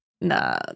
nah